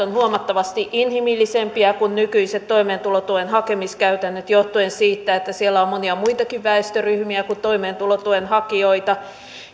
ovat huomattavasti inhimillisempiä kuin nykyiset toimeentulotuen hakemiskäytännöt johtuen siitä että siellä on monia muitakin väestöryhmiä kuin toimeentulotuen hakijoita